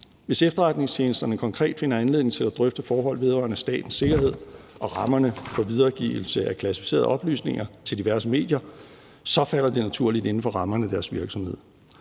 Hvis efterretningstjenesterne konkret finder anledning til at drøfte forhold vedrørende statens sikkerhed og rammerne for videregivelse af klassificerede oplysninger til diverse medier, falder det naturligt inden for rammerne af deres virksomhed.